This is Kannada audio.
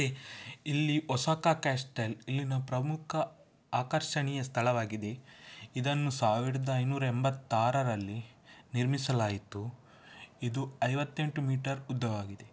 ಇಲ್ಲಿ ಒಸಾಕಾ ಕ್ಯಾಸ್ಟೆಲ್ ಇಲ್ಲಿನ ಪ್ರಮುಖ ಆಕರ್ಷಣೀಯ ಸ್ಥಳವಾಗಿದೆ ಇದನ್ನು ಸಾವಿರದ ಐನೂರ ಎಂಬತ್ತಾರರಲ್ಲಿ ನಿರ್ಮಿಸಲಾಯಿತು ಇದು ಐವತ್ತೆಂಟು ಮೀಟರ್ ಉದ್ದವಾಗಿದೆ